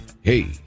Hey